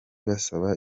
basaba